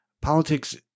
politics